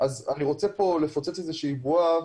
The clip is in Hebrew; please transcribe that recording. אני רוצה לפוצץ פה איזושהי בועה.